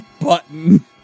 Button